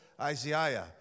Isaiah